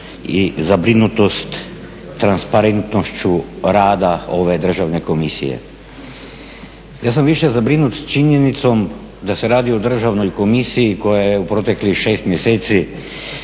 i zabrinutost transparentnošću rada ove državne komisije. Ja sam više zabrinut činjenicom da se radi o državnoj komisiji koja je u proteklih 6. mjeseci